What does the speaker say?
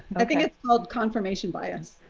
i think it's called confirmation bias.